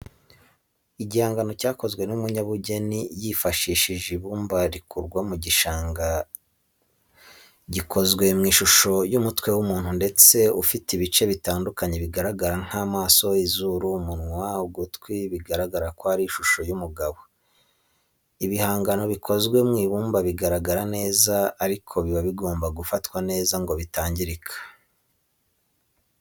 Igihangano cyakozwe n'umunyabugeni yifashishije ibumba rikurwa mu gishanga gikozwe mu ishusho y'umutwe w'umuntu ndetse ufite ibice bitandukanye bigaragara nk'amaso, izuru, umunwa, ugutwi, bigaragara ko ari ishusho y'umugabo. Ibihangano bikozwe mu ibumba bigaragara neza ariko biba bigomba gufatwa neza ngo bitangirika.